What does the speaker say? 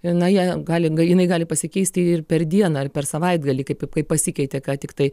na jie gali jinai gali pasikeisti ir per dieną ar per savaitgalį kaip pasikeitė ką tiktai